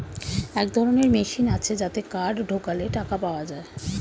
এক ধরনের মেশিন আছে যাতে কার্ড ঢোকালে টাকা পাওয়া যায়